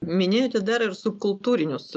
minėjote dar ir subkultūrinius